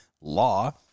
law